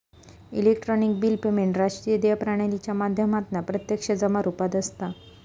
electronic bill payment राष्ट्रीय देय प्रणालीच्या माध्यमातना प्रत्यक्ष जमा रुपात असता